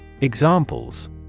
Examples